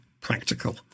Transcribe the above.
practical